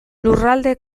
lurralde